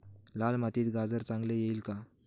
लाल मातीत गाजर चांगले येईल का?